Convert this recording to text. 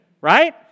right